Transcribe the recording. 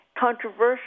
controversial